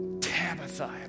Tabitha